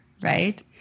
right